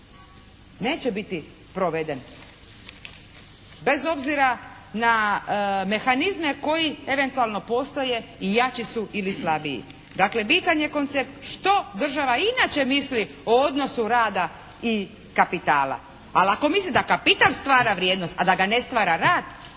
neće biti proveden bez obzira na mehanizme koji eventualno postoje i jači su ili slabiji. Dakle, bitan je koncept što država i inače misli o odnosu rada i kapitala. Ali ako misli da kapital stvara vrijednost a da ga ne stvara radnik